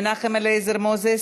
מנחם אליעזר מוזס,